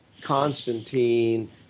Constantine